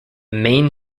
main